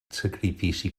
sacrifici